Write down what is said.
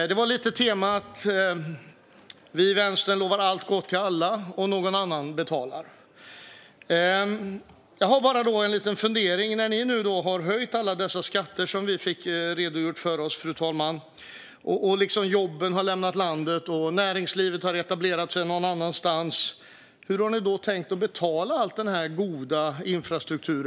Temat var ungefär: Vi i Vänstern lovar allt gott till alla, och någon annan betalar. Jag har en liten fundering. När ni har höjt alla de skatter som det redogjordes för, jobben har lämnat landet och näringslivet har etablerat sig någon annanstans, hur har ni då tänkt att betala för all denna goda infrastruktur?